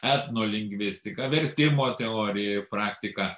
etnolingvistika vertimo teorija ir praktika